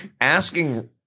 asking